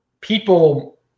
people